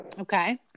Okay